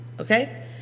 Okay